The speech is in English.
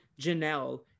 Janelle